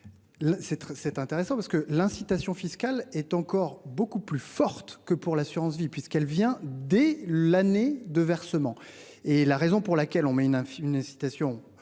c'est intéressant parce que l'incitation fiscale est encore beaucoup plus forte que pour l'assurance-vie puisqu'elle vient dès l'année 2 versements et la raison pour laquelle on met une une incitation.